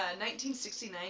1969